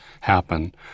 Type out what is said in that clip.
happen